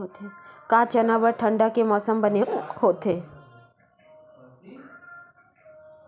का चना बर ठंडा के मौसम बने होथे?